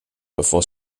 before